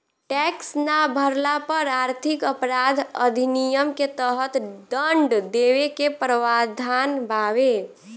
tax ना भरला पर आर्थिक अपराध अधिनियम के तहत दंड देवे के प्रावधान बावे